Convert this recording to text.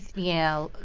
you know,